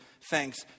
thanks